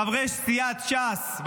חברי סיעת ש"ס,